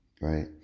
right